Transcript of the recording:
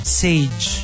sage